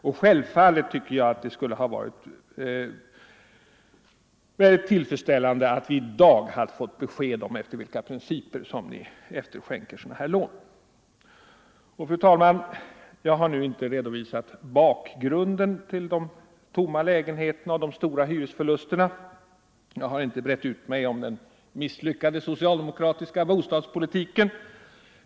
Och självfallet hade det varit tillfredsställande om vi i dag hade fått besked om efter vilka principer regeringen efterskänker 119 sådana här lån. Fru talman! Jag har nu inte redovisat bakgrunden till de tomma lägenheterna och de stora hyresförlusterna. Jag har inte brett ut mig om den misslyckade socialdemokratiska bostadspolitiken.